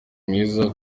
mwiza